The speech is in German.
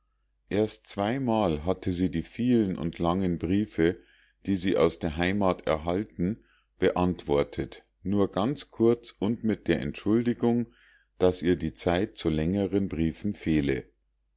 erst zweimal hatte sie die vielen und langen briefe die sie aus der heimat erhalten beantwortet nur ganz kurz und mit der entschuldigung daß ihr die zeit zu längeren briefen fehle